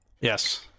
Yes